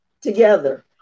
together